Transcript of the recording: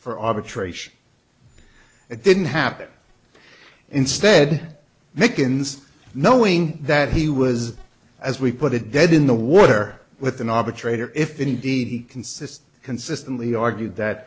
for arbitration it didn't happen instead mickens knowing that he was as we put it dead in the water with an arbitrator if indeed consists consistently argued that